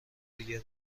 دیگر